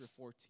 14